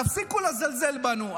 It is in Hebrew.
תפסיקו לזלזל בנו.